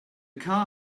car